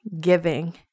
giving